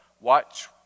Watch